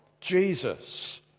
Jesus